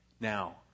Now